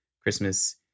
Christmas